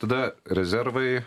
tada rezervai